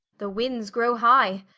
the windes grow high,